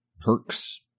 perks